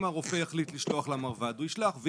אם הרופא יחליט לשלוח למרב"ד, הוא ישלח.